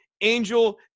Angel